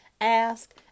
Ask